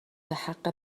بحق